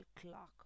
clock